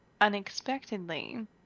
unexpectedly